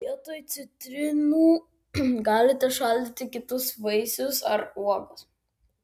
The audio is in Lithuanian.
vietoj citrinų galite šaldyti kitus vaisius ar uogas